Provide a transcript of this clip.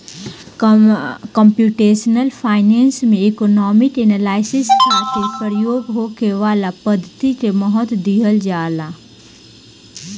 computational finance में economic analysis खातिर प्रयोग होखे वाला पद्धति के महत्व दीहल जाला